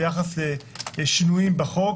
ביחס לשינויים בחוק,